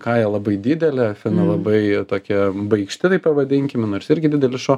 kaja labai didelė fina labai tokia baikšti taip pavadinkime nors irgi didelis šuo